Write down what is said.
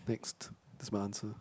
next that's my answer